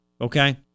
Okay